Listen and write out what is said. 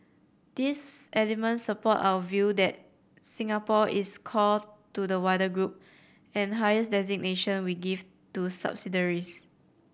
these elements support our view that Singapore is core to the wider group the highest designation we give to subsidiaries